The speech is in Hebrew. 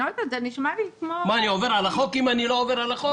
מה, אני עובר על החוק אם אני לא עובר על החוק?